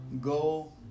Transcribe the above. go